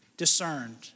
discerned